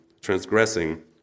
transgressing